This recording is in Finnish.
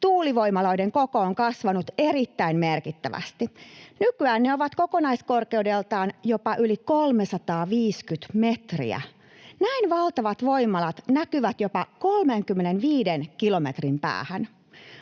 tuulivoimaloiden koko on kasvanut erittäin merkittävästi. Nykyään ne ovat kokonaiskorkeudeltaan jopa yli 350 metriä. Näin valtavat voimalat näkyvät jopa 35 kilometrin päähän.